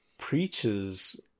Preaches